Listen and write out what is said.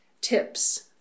tips